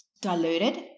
diluted